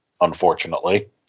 unfortunately